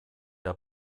der